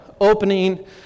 opening